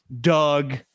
Doug